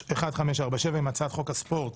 הצעת חוק הספורט